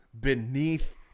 beneath